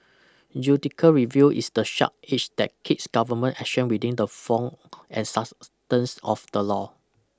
judical review is the sharp edge that keeps government action within the form and substance of the law